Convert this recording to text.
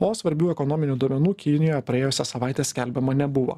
o svarbių ekonominių duomenų kinijoje praėjusią savaitę skelbiama nebuvo